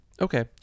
Okay